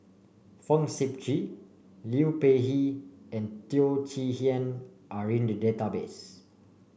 Fong Sip Chee Liu Peihe and Teo Chee Hean are in the database